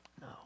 No